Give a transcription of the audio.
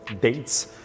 dates